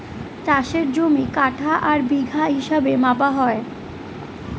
চাষের জমি কাঠা আর বিঘা হিসাবে মাপা হয়